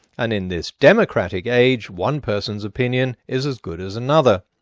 and in this democratic age, one person's opinion is as good as another.